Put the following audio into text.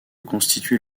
constituer